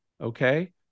Okay